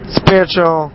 spiritual